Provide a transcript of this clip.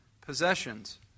possessions